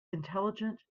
intelligent